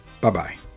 Bye-bye